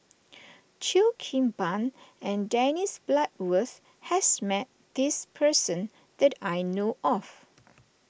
Cheo Kim Ban and Dennis Bloodworth has met this person that I know of